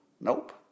Nope